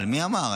אבל מי אמר?